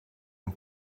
een